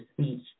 speech